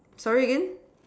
sorry again